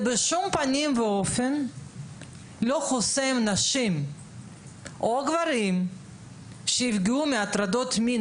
זה בשום פנים ואופן לא חוסם נשים או גברים שנפגעו בהטרדות מין